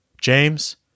James